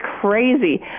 crazy